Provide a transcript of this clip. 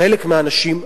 חלק מהאנשים,